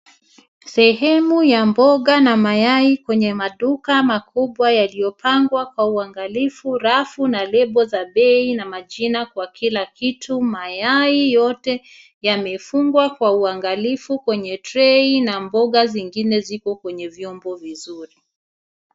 Sehemu ya mboga na mayai kwenye maduka makubwa yaliyopangwa kwa uangalifu, rafu na lebo za bei na majina kwa kila kitu. Mayai yote yamefungwa kwa uangalifu kwenye tray na mboga zingine ziko kwenye vyombo vizuri.